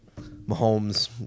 Mahomes